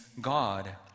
God